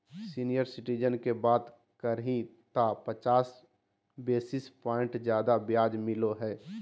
senior citizen के बात करही त पचास बेसिस प्वाइंट ज्यादा ब्याज मिलो हइ